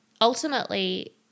ultimately